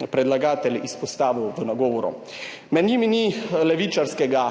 predlagatelj izpostavil v nagovoru. Med njimi ni levičarskega